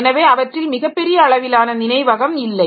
எனவே அவற்றில் மிகப் பெரிய அளவிலான நினைவகம் இல்லை